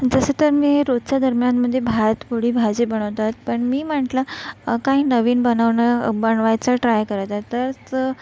जसं तर मी रोजच्या दरम्यान म्हणजे भात पोळी भाजी बनवतात पण मी म्हटलं काही नवीन बनवणं बनवायचं ट्राय करत आहे तर च